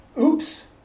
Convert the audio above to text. oops